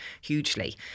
hugely